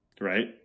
right